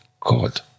god